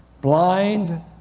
blind